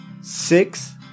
six